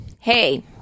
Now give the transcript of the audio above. hey